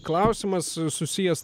klausimas susijęs